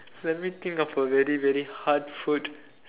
let me think of a very very hard food